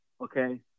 Okay